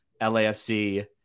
LAFC